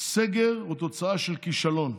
סגר הוא תוצאה של כישלון,